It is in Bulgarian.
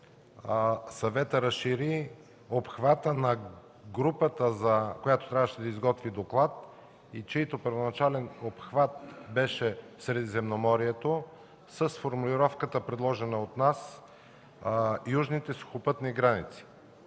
Съветът разшири обхвата на групата, която трябваше да изготви доклад, и чийто първоначален обхват беше Средиземноморието, с формулировката, предложена от нас – „Южните сухопътни граници”,